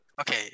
Okay